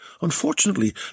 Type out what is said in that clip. Unfortunately